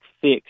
fix